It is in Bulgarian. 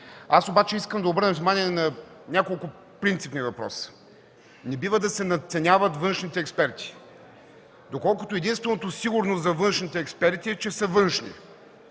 Аз обаче искам да обърна внимание на няколко принципни въпроса. Не бива да се надценяват външните експерти, доколкото единственото сигурно за външните експерти е, че са външни.